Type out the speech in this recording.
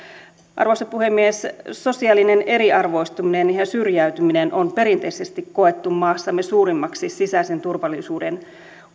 arvoisa puhemies sosiaalinen eriarvoistuminen ja syrjäytyminen on perinteisesti koettu maassamme suurimmaksi sisäisen turvallisuuden